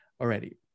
already